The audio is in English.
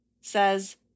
says